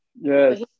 Yes